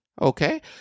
Okay